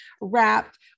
wrapped